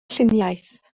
lluniaeth